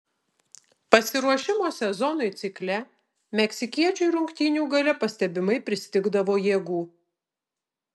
pasiruošimo sezonui cikle meksikiečiui rungtynių gale pastebimai pristigdavo jėgų